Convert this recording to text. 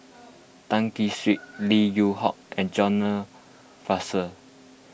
Tan Kee Sek Lim Yew Hock and John Fraser